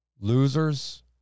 Losers